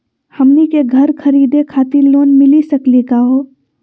हमनी के घर खरीदै खातिर लोन मिली सकली का हो?